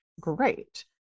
great